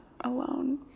alone